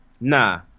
Nah